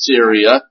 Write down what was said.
Syria